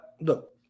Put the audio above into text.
look